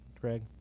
Greg